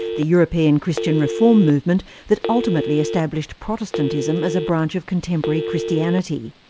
the european christian reform movement that ultimately established protestantism as a branch of contemporary christianity.